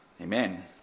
Amen